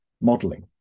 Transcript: modeling